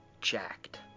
jacked